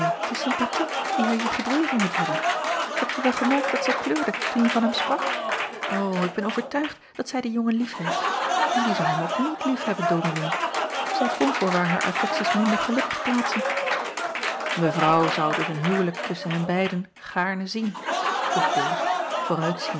is sympathie die haar hier gedreven moet hebben hebje wel gemerkt dat zij kleurde toen je van hem sprak o ik ben overtuigd dat zij den jongen liefheeft en wie zou hem ook niet liefhebben dominee zij kon voorwaar haar affekties minder gelukkig plaatsen mevrouw zou dus een huwelijk tusschen hen beiden gaarne zien vroeg bol vooruit